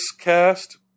Cast